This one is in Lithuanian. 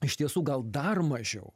iš tiesų gal dar mažiau